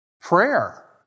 Prayer